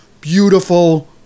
beautiful